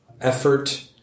effort